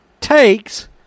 takes